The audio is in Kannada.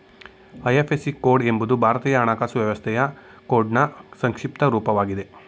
ಐ.ಎಫ್.ಎಸ್.ಸಿ ಕೋಡ್ ಎಂಬುದು ಭಾರತೀಯ ಹಣಕಾಸು ವ್ಯವಸ್ಥೆಯ ಕೋಡ್ನ್ ಸಂಕ್ಷಿಪ್ತ ರೂಪವಾಗಿದೆ